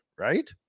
Right